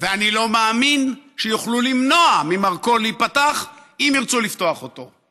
ואני לא מאמין שיוכלו למנוע ממרכול להיפתח אם ירצו לפתוח אותו.